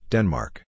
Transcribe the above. Denmark